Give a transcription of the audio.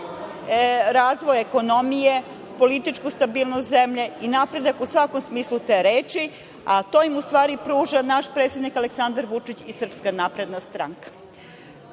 razvoj ekonomije, političku stabilnost zemlji i napredak u svakom smislu te reči, a to im u stvari pruža naš predsednik Aleksandar Vučić i SNS.Takođe, čuli